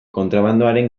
kontrabandoaren